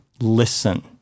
listen